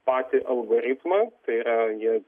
patį algoritmą tai yra jie